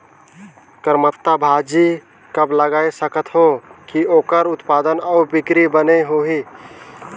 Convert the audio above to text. करमत्ता भाजी कब लगाय सकत हो कि ओकर उत्पादन अउ बिक्री बने होही?